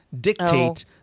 dictate